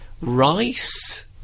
Rice